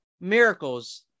miracles